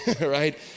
right